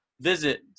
visit